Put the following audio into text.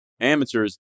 Amateurs